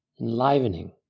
Enlivening